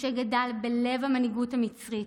משה גדל בלב המנהיגות המצרית,